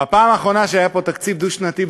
בפעם האחרונה שהיה פה תקציב דו-שנתי,